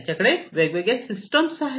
त्यांच्याकडे वेगवेगळ्या सिस्टम आहेत